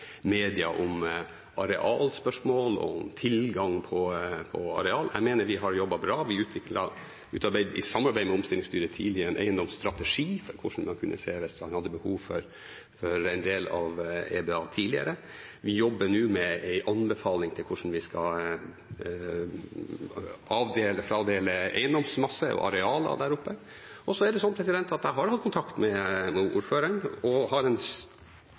media om arealspørsmål og om tilgang på areal. Jeg mener vi har jobbet bra. Vi utarbeidet i samarbeid med omstillingsstyret tidlig en eiendomsstrategi for hvordan man kunne se det hvis man hadde behov for en del av EBA tidligere. Vi jobber nå med en anbefaling om hvordan vi skal fradele eiendomsmasser og arealer der oppe. Og jeg har hatt kontakt med ordføreren og har en